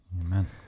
Amen